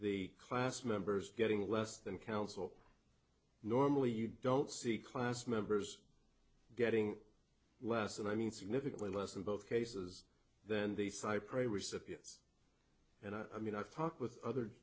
the class members getting less than counsel normally you don't see class members getting less and i mean significantly less in both cases than the cypre recipients and i mean i've talked with other